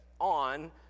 on